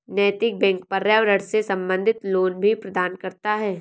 नैतिक बैंक पर्यावरण से संबंधित लोन भी प्रदान करता है